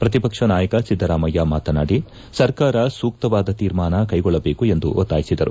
ಪ್ರತಿಪಕ್ಷ ನಾಯಕ ಸಿದ್ದರಾಮಯ್ಯ ಮಾತನಾಡಿ ಸರ್ಕಾರ ಸೂಕ್ತವಾದ ಶೀರ್ಮಾನ ಕ್ಲೆಗೊಳ್ಳಬೇಕು ಎಂದು ಒತ್ತಾಯಿಸಿದರು